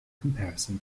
comparison